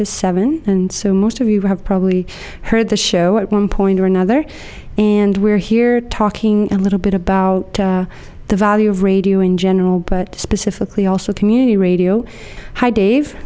to seven and so most of you have probably heard the show at one point or another and we're here talking a little bit about the value of radio in general but specifically also community radio hi dave